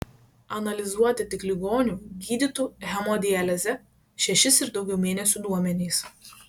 analizuoti tik ligonių gydytų hemodialize šešis ir daugiau mėnesių duomenys